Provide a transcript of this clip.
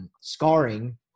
scarring